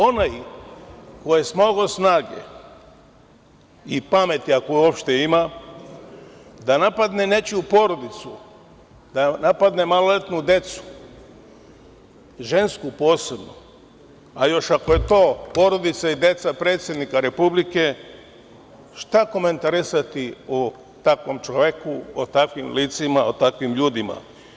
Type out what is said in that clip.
Onaj ko je smogao snage i pameti, ako je uopšte ima, da napadne nečiju porodicu, da napadne maloletnu decu, žensku posebno, a još ako je to porodica i deca predsednika republike, šta komentarisati o takvom čoveku, o takvim licima, o takvim ljudima?